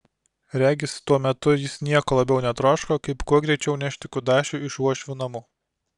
regis tuo metu jis nieko labiau netroško kaip kuo greičiau nešti kudašių iš uošvių namų